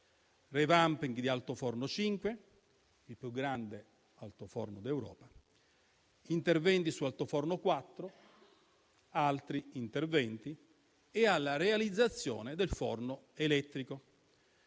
(*revamping* di altoforno 5, il più grande altoforno d'Europa, interventi su altoforno 4, altri interventi) e alla realizzazione del forno elettrico.